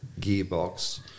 gearbox